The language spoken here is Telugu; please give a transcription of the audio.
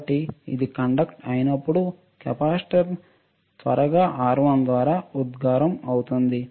కాబట్టి ఇది కండక్ట అవుతున్నప్పుడు కెపాసిటర్ త్వరగా R1 ద్వారా ఉత్సర్గo అవుతుంది